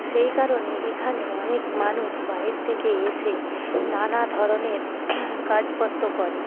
সেই কারণে এখানে অনেক মানুষ বাইরে থেকে এসে নানা ধরনের কাজপত্র করে